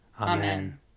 Amen